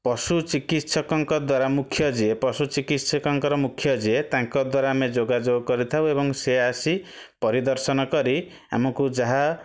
ପଶୁ ଚିକିତ୍ସକଙ୍କ ଦ୍ଵାରା ମୁଖ୍ୟ ଯିଏ ପଶୁ ଚିକିତ୍ସକଙ୍କର ମୁଖ୍ୟ ଯିଏ ତାଙ୍କ ଦ୍ଵାରା ଆମେ ଯୋଗାଯୋଗ କରିଥାଉ ଏବଂ ସେ ଆସି ପରିଦର୍ଶନ କରି ଆମକୁ ଯାହା